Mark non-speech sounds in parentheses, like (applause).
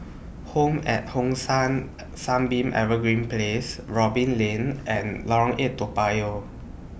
Home At Hong San (hesitation) Sunbeam Evergreen Place Robin Lane and Lorong eight Toa Payoh